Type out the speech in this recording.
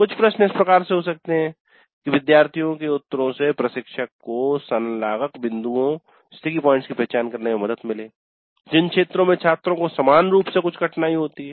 कुछ प्रश्न इस प्रकार से हो सकते हैं कि विद्यार्थियों के उत्तरों से प्रशिक्षक को संलागक बिंदुओं की पहचान करने में मदद मिले जिन क्षेत्रों में छात्रों को समान रूप से कुछ कठिनाई होती है